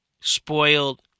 Spoiled